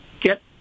get